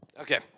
Okay